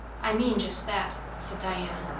i mean just that, said diana.